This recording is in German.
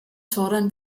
fordern